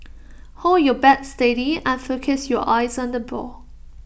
hold your bat steady and focus your eyes on the ball